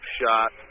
shot